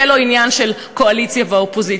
זה לא עניין של קואליציה ואופוזיציה,